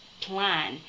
plan